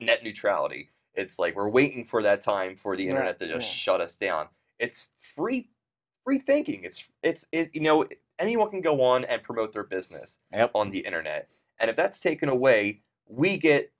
net neutrality it's like we're waiting for that time for the internet that shut us down it's free free thinking it's it's you know anyone can go on and promote their business and on the internet and if that's taken away we get